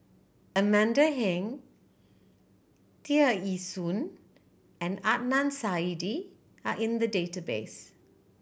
Amanda Heng Tear Ee Soon and Adnan Saidi are in the database